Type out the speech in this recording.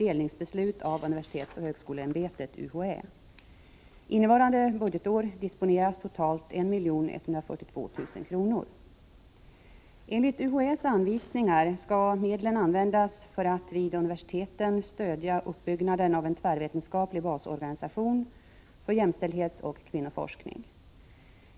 Enligt UHÄ:s anvisningar skall medlen användas för att vid universiteten stödja uppbyggnaden av en tvärvetenskaplig basorganisation för jämställdhetsoch kvinnoforskning.